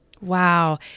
Wow